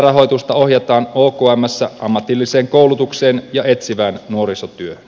lisärahoitusta ohjataan okmssä ammatilliseen koulutukseen ja etsivään nuorisotyöhön